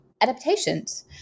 adaptations